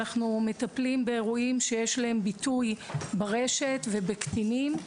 אנחנו מטפלים באירועים שיש להם ביטוי ברשת ובקטינים,